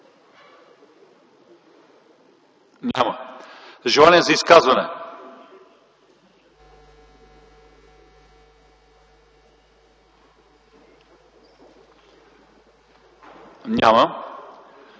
Няма. Желания за изказвания? Няма.